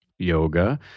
yoga